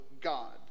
God